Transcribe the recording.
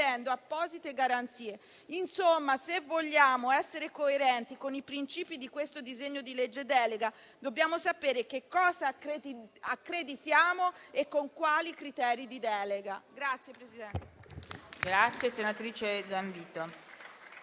apposite garanzie. Insomma, se vogliamo essere coerenti con i principi di questo disegno di legge delega, dobbiamo sapere che cosa accreditiamo e con quali criteri di delega.